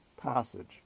passage